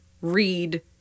read